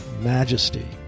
majesty